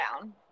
down